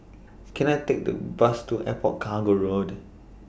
Can I Take The Bus to Airport Cargo Road